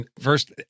first